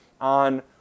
on